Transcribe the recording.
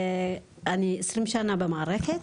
אני 20 שנה במערכת,